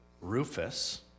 Rufus